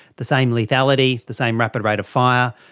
the same lethality, the same rapid rate of fire,